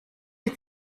you